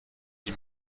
die